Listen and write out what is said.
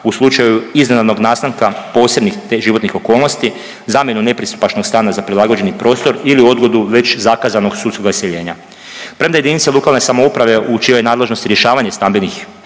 u slučaju iznenadnog nastanka posebnih životnih okolnosti, zamjenu nepristupačnog stana za prilagođeni prostor ili odgodu već zakazanoga sudskog iseljenja. Premda jedinice lokalne samouprave u čijoj je nadležnosti rješavanje stambenih